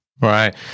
Right